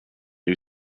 new